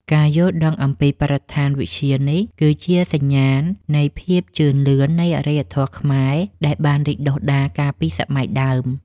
ការយល់ដឹងអំពីបរិស្ថានវិទ្យានេះគឺជាសញ្ញាណនៃភាពជឿនលឿននៃអរិយធម៌ខ្មែរដែលបានរីកដុះដាលកាលពីសម័យដើម។